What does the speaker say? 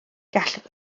gall